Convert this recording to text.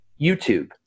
YouTube